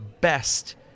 best